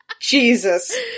Jesus